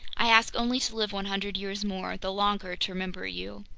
i ask only to live one hundred years more, the longer to remember you!